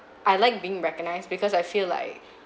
I like being recognized because I feel like